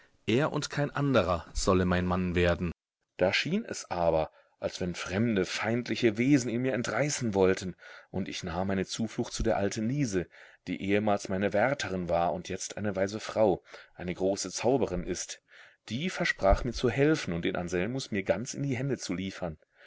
er und kein anderer solle mein mann werden da schien es aber als wenn fremde feindliche wesen ihn mir entreißen wollten und ich nahm meine zuflucht zu der alten liese die ehemals meine wärterin war und jetzt eine weise frau eine große zauberin ist die versprach mir zu helfen und den anselmus mir ganz in die hände zu liefern